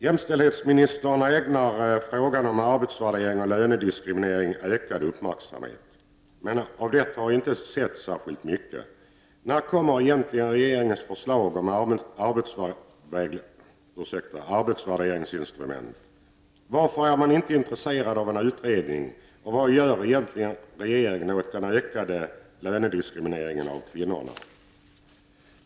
Jämställdhetsministern ägnar frågan om arbetsvärdering och lönediskriminering ökad uppmärksamhet, men av det har inte setts särskilt mycket. När kommer egentligen regeringens förslag om arbetsvärderingsinstrument? Varför är man inte intresserad av en utredning, och vad gör egentligen regeringen åt den ökade lönediskrimineringen av kvinnorna?